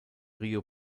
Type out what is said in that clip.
río